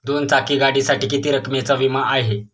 दोन चाकी गाडीसाठी किती रकमेचा विमा आहे?